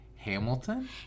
Hamilton